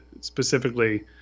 specifically